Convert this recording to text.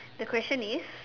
the question is